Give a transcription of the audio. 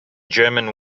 german